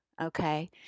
okay